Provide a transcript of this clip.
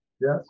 Yes